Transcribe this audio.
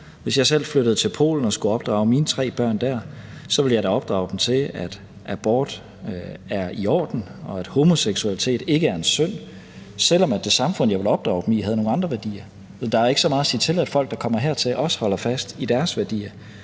Hvis jeg selv flyttede til Polen og skulle opdrage mine tre børn der, ville jeg da opdrage dem til, at abort er i orden, og at homoseksualitet ikke er en synd, selv om det samfund, jeg opdragede dem i, havde nogle andre værdier. Der er ikke så meget at sige til, at folk, der kommer hertil, også holder fast i deres værdier.